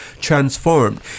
transformed